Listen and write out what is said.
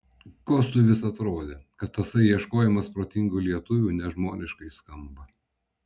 kostui vis atrodė kad tasai ieškojimas protingų lietuvių nežmoniškai skamba